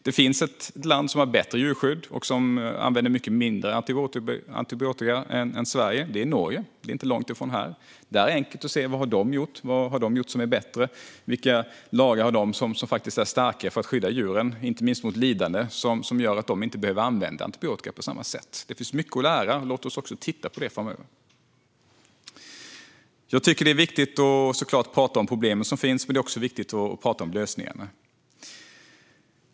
Det finns ett land som har bättre djurskydd och som använder mycket mindre antibiotika än Sverige. Det landet är Norge - inte långt härifrån. Det är enkelt att se vad Norge har gjort som är bättre och vilka lagar de har för att skydda djuren, inte minst mot lidande, som är starkare och som gör att de inte behöver använda antibiotika på samma sätt. Det finns mycket att lära - låt oss också titta på detta framöver! Jag tycker såklart att det är viktigt att tala om de problem som finns, men det är också viktigt att tala om lösningarna.